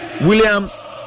Williams